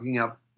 up